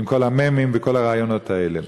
עם כל המ"מים וכל הרעיונות האלה.